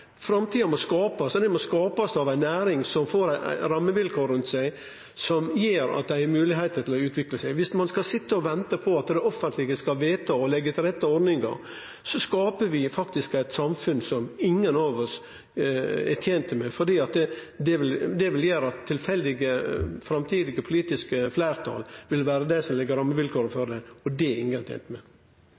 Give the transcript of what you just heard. framtida. Framtida må skapast, og ho må skapast av ei næring som får rammevilkår rundt seg som gjer at ho har moglegheit til å utvikle seg. Viss ein skal vente på at det offentlege skal vedta og leggje til rette ordningar, skapar vi faktisk eit samfunn som ingen av oss er tent med, for det vil gjere at tilfeldige framtidige politiske fleirtal vil vere det som legg rammevilkåra. Det er ingen tent med.